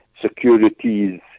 securities